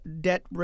debt